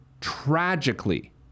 tragically